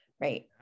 Right